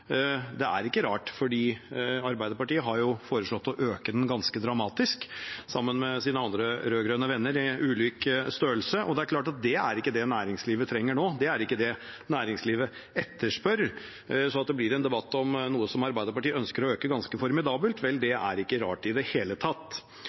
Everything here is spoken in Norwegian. det er ikke rart, for Arbeiderpartiet har foreslått å øke den ganske dramatisk, sammen med sine andre rød-grønne venner av ulik størrelse. Det er klart at det er ikke det næringslivet trenger nå, det er ikke det næringslivet etterspør. Så at det blir en debatt om noe Arbeiderpartiet ønsker å øke ganske formidabelt, er ikke rart i det